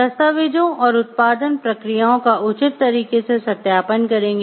दस्तावेजों और उत्पादन प्रक्रियाओं का उचित तरीके से सत्यापन करेंगे